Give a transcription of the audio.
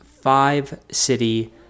five-city